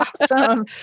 awesome